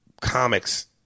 comics